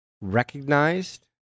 recognized